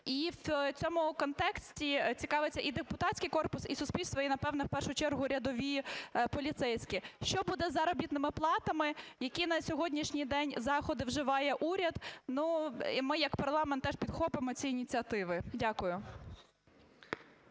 І в цьому контексті цікавиться і депутатський корпус, і суспільство, і напевно в першу чергу рядові поліцейські. Що буде із заробітними платами? Які на сьогоднішній день заходи вживає уряд? Ми, як парламент, теж підхопимо ці ініціативи. Дякую.